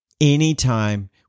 Anytime